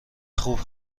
خوب